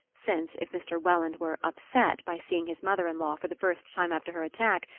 since, if mr. welland were upset by seeing his mother-in-law for the first time after her attack,